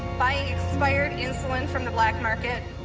buying expired insulin from the black market.